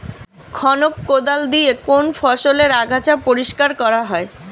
খনক কোদাল দিয়ে কোন ফসলের আগাছা পরিষ্কার করা হয়?